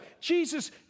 Jesus